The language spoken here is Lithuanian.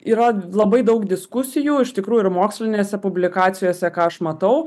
yra labai daug diskusijų iš tikrųjų ir mokslinėse publikacijose ką aš matau